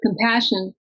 compassion